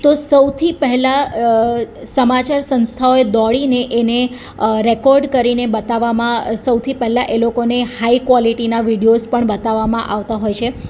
તો સૌથી પહેલાં સમાચાર સંસ્થાઓએ દોડીને એને રેકોર્ડ કરીને બતાવવામાં સૌથી પહેલાં એ લોકોને હાઈ ક્વોલ્ટીના વિડિઓઝ પણ બતાવવામાં આવતા હોય છે